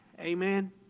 Amen